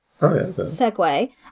segue